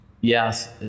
Yes